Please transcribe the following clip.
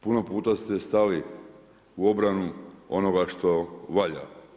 Puno puta ste stali u obranu onoga što valja.